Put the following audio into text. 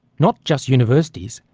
not just universities,